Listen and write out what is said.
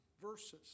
verses